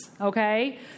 Okay